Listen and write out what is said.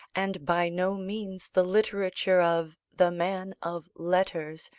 and by no means the literature of the man of letters,